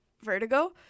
Vertigo